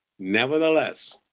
Nevertheless